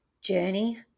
journey